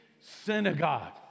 synagogue